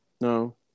No